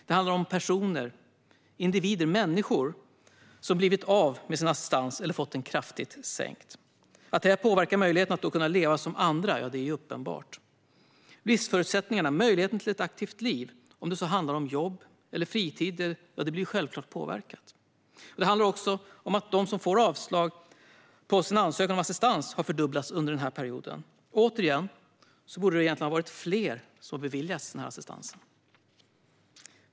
Det handlar om personer, individer, människor som blivit av med sin assistans eller fått den kraftigt sänkt. Att detta påverkar möjligheten att leva som andra är uppenbart. Livsförutsättningarna, möjligheten till ett aktivt liv, om det så handlar om jobb eller fritid, blir självklart påverkade. Det handlar också om att de som får avslag på sin ansökan om assistans har fördubblats under perioden. Jag säger återigen att fler borde ha beviljats assistans.